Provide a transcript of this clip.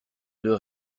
deux